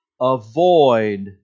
avoid